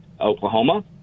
Oklahoma